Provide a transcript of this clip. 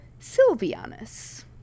Sylvianus